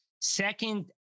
second